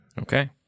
Okay